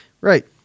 Right